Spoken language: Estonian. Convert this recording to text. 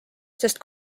sest